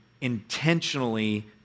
intentionally